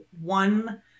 one